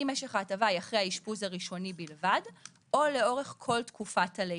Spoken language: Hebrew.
אם יש לך הטבה היא אחרי האשפוז הראשוני בלבד או לאורך כל תקופת הלידה?